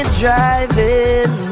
driving